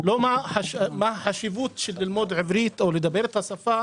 לא מה החשיבות של ללמוד עברית או לדבר את השפה,